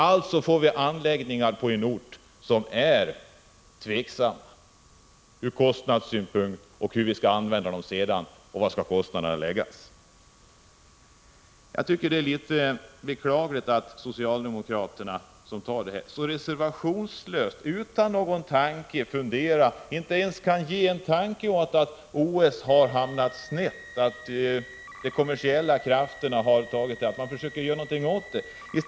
Alltså får vi på en ort anläggningar som är diskutabla från kostnadssynpunkt, med tanke på hur vi skall använda dem sedan och var kostnaderna skall läggas. Jag tycker att det är litet beklagligt att socialdemokraterna så reservationslöst stöder detta förslag, utan att ägna en tanke åt att OS har hamnat snett och att man borde göra något åt att de kommersiella krafterna har tagit över.